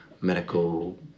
medical